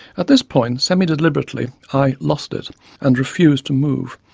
at this point, semi-deliberately i lost it and refused to move,